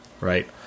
right